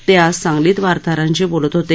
ते आज सांगलीत वार्ताहरांशी बोलत होते